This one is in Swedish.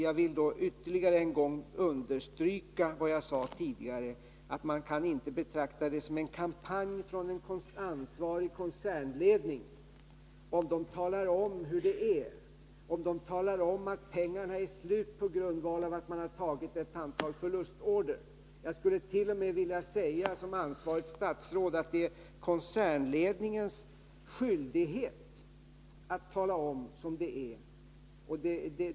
Jag vill ytterligare en gång understryka vad jag sade tidigare, nämligen att man inte kan betrakta det som en kampanj av en ansvarig koncernledning, om den talar om hur det är och att pengarna är slut därför att man tagit ett antal förlustorder. Jag skullet.o.m. som ansvarigt statsråd vilja säga att det är koncernledningens skyldighet att säga som det är.